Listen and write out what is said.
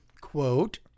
Quote